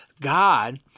God